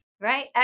right